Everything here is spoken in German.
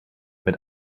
mit